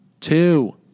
Two